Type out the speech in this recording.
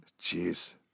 Jeez